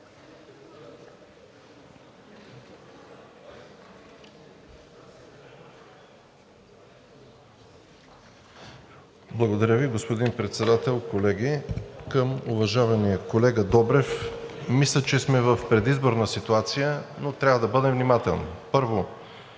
Благодаря Ви, господин Председател. Колеги! Към уважавания колега Добрев – мисля, че сме в предизборна ситуация, но трябва да бъдем внимателни. Първо,